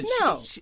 No